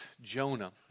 Jonah